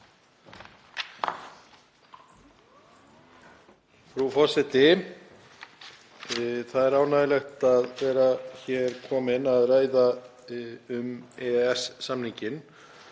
Það er ánægjulegt að vera hér kominn að ræða um EES-samninginn